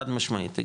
חד משמעית,